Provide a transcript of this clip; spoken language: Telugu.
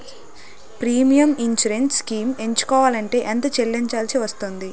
ప్రీమియం ఇన్సురెన్స్ స్కీమ్స్ ఎంచుకోవలంటే ఎంత చల్లించాల్సివస్తుంది??